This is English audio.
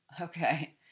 Okay